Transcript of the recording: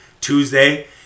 Tuesday